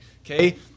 Okay